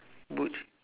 boot